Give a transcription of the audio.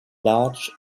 large